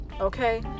Okay